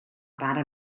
bara